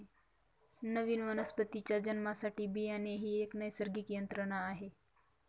नवीन वनस्पतीच्या जन्मासाठी बियाणे ही एक नैसर्गिक यंत्रणा आहे